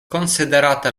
konsiderata